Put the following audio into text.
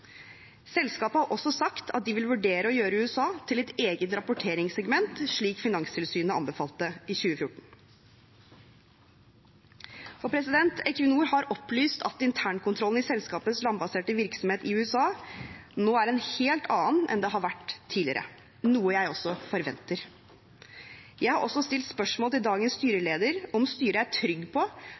Selskapet har også sagt at de vil vurdere å gjøre USA til et eget rapporteringssegment, slik Finanstilsynet anbefalte i 2014. Equinor har opplyst at internkontrollen i selskapets landbaserte virksomhet i USA nå er en helt annen enn det den har vært tidligere, noe jeg også forventer. Jeg har også stilt spørsmål til dagens styreleder om styret er trygg på